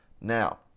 Now